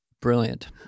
brilliant